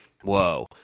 Whoa